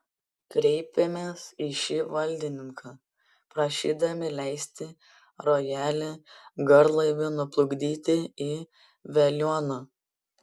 kreipėmės į šį valdininką prašydami leisti rojalį garlaiviu nuplukdyti į veliuoną